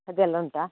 ಅದೆಲ್ಲ ಉಂಟಾ